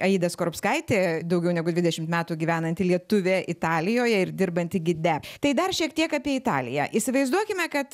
aida skorupskaitė daugiau negu dvidešimt metų gyvenanti lietuvė italijoje ir dirbanti gide tai dar šiek tiek apie italiją įsivaizduokime kad